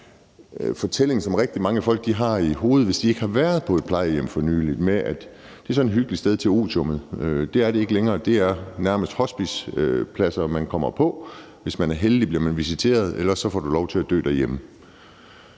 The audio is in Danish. fortælling, som rigtig mange folk har i hovedet, hvis de ikke har været på et plejehjem for nylig, om, at det er sådan et hyggeligt sted til otiummet. Det er det ikke længere. Det er nærmest hospicepladser, man kommer på. Hvis man er heldig, bliver man visiteret, ellers får du lov til at dø derhjemme.